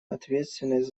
ответственность